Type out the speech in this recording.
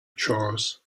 chores